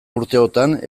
urteotan